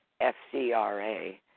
FCRA